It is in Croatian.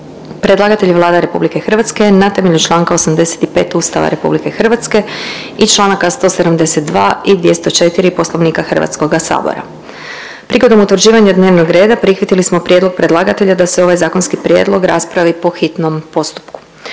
Predlagatelj je Vlada RH na temelju Članka 85. Ustava RH i Članaka 172. i 204. Poslovnika Hrvatskoga sabora. Prigodom utvrđivanja dnevnog reda prihvatili smo prijedlog predlagatelja da se ovaj zakonski prijedlog raspravi po hitnom postupku.